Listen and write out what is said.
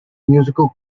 musical